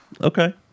Okay